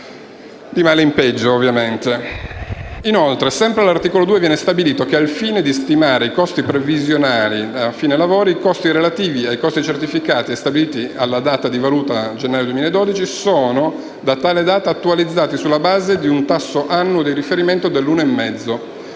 di male in peggio. Inoltre, sempre all'articolo 2, viene stabilito che: «Al fine di stimare il costo previsionale a fine lavori, i costi relativi al costo certificato e stabiliti alla data di valuta gennaio 2012 sono, da tale data, attualizzati sulla base di un tasso annuo di riferimento dell'1,5